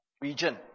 region